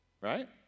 right